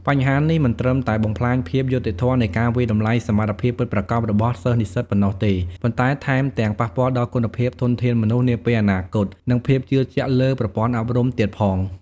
បញ្ហានេះមិនត្រឹមតែបំផ្លាញភាពយុត្តិធម៌នៃការវាយតម្លៃសមត្ថភាពពិតប្រាកដរបស់សិស្សនិស្សិតប៉ុណ្ណោះទេ ប៉ុន្តែថែមទាំងប៉ះពាល់ដល់គុណភាពធនធានមនុស្សនាពេលអនាគត និងភាពជឿជាក់លើប្រព័ន្ធអប់រំទៀតផង។